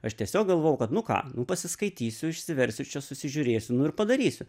aš tiesiog galvojau kad nu ką nu pasiskaitysiu išsiversiu čia susižiūrėsiu nu ir padarysiu